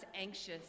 anxious